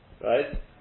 right